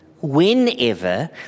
whenever